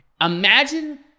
Imagine